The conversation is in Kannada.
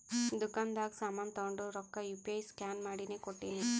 ದುಕಾಂದಾಗ್ ಸಾಮಾನ್ ತೊಂಡು ರೊಕ್ಕಾ ಯು ಪಿ ಐ ಸ್ಕ್ಯಾನ್ ಮಾಡಿನೇ ಕೊಟ್ಟಿನಿ